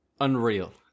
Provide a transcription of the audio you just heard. unreal